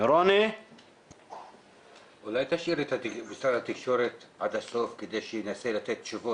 אולי תשאיר את משרד התקשורת לסוף כדי שינסה לתת תשובות?